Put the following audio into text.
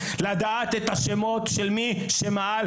לדעת את השמות שלהם.